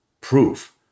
proof